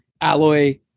Alloy